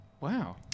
Wow